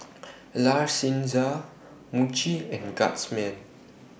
La Senza Muji and Guardsman